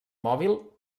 mòbil